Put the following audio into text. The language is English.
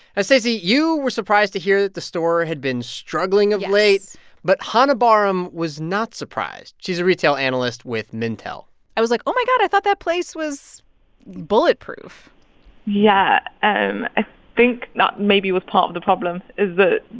stacey, you were surprised to hear that the store had been struggling of late yes but chana baram was not surprised. she's a retail analyst with mintel i was like, oh, my god, i thought that place was bulletproof yeah. and i think that maybe was part of the problem is that,